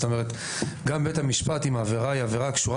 גם בית המשפט, אם העבירה קשורה